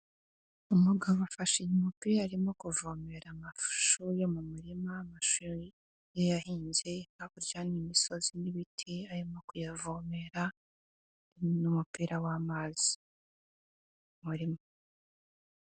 Umugabo afashe umupira arimo kuvomera amashu yo mu murima, amashu ye yahinze, hakurya hari imisozi n'ibiti, arimo kuyavomera n'umupira w'amazi mu murima.